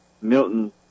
Milton